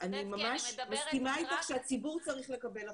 אני ממש מסכימה איתך שהציבור צריך לקבל אחידות.